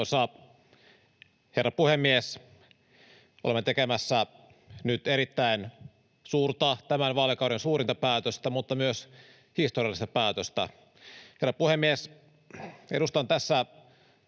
herra puhemies! Olemme tekemässä nyt erittäin suurta päätöstä, tämän vaalikauden suurinta, mutta myös historiallista päätöstä. Herra puhemies! Edustan tässä